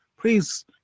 please